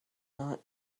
not